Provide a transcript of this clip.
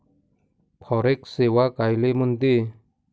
Forex सेवा कायले म्हनते?